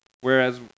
Whereas